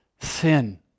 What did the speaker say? sin